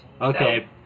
Okay